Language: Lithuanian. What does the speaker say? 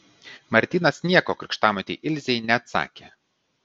martynas nieko krikštamotei ilzei neatsakė